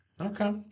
Okay